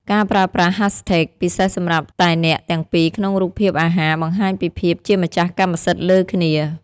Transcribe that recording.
ការប្រើប្រាស់ "Hashtag" ពិសេសសម្រាប់តែអ្នកទាំងពីរក្នុងរូបភាពអាហារ បង្ហាញពីភាពជាម្ចាស់កម្មសិទ្ធិលើគ្នា។